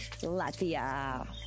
Latvia